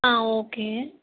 ஆ okay